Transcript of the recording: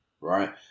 right